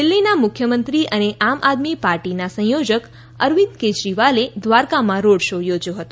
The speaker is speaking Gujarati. દિલ્હીના મુખ્યમંત્રી અને આમ આદમી પાર્ટીના સંયોજક અરવિંદ કેજરીવાલે દ્વારકામાં રોડ શો યોજ્યો હતો